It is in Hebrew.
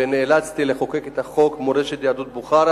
ונאלצתי לחוקק את חוק מורשת יהדות בוכרה